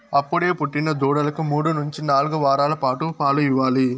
అప్పుడే పుట్టిన దూడలకు మూడు నుంచి నాలుగు వారాల పాటు పాలు ఇవ్వాలి